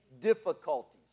difficulties